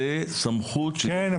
זו סמכות --- כן,